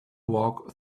walk